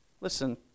Listen